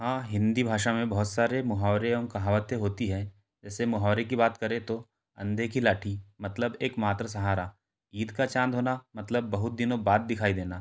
हाँ हिंदी भाषा में बहुत सारे मुहावरे एवम कहावतें होती हैं जैसे मुहावरे की बात करें तो अंधे की लाठी मतलब एक मात्र सहारा ईद का चाँद होना मतलब बहुत दिनों बाद दिखाई देना